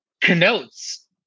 connotes